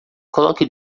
coloque